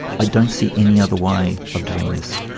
i don't see any other way of doing this.